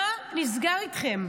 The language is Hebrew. מה נסגר אתכם?